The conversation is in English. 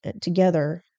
together